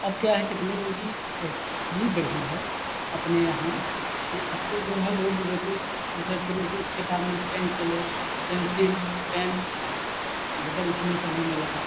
अब क्या है टेक्नोलॉजी इतनी बढ़ी है अपने यहाँ कि अब तो जो है लोग देखो जैसे उसके बाद में पेन चले पेंसिल पेन रबड़ उसमें सब होने लगा